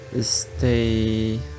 stay